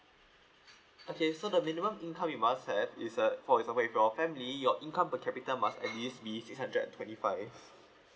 okay so the minimum income you must have is uh for example if your family your income per capita must at least be six hundred and twenty five